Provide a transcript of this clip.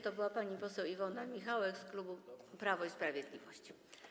To była pani poseł Iwona Michałek z klubu Prawo i Sprawiedliwość.